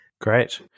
Great